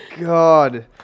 god